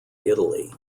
italy